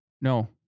No